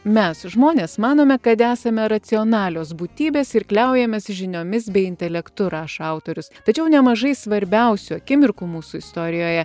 mes žmonės manome kad esame racionalios būtybės ir kliaujamės žiniomis bei intelektu rašo autorius tačiau nemažai svarbiausių akimirkų mūsų istorijoje